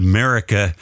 America